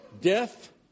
Death